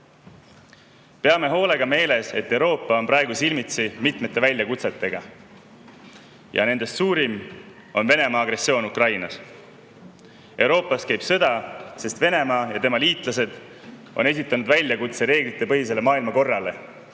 Peame hoolega meeles, et Euroopa on praegu silmitsi mitmete väljakutsetega. Nendest suurim on Venemaa agressioon Ukrainas. Euroopas käib sõda, sest Venemaa ja tema liitlased on esitanud väljakutse reeglitepõhisele maailmakorrale